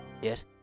Yes